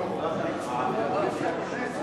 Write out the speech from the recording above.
לא הממשלה, מי שמשחרר מחובת הנחה זו הכנסת.